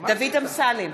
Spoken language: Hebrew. דוד אמסלם,